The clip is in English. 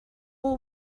will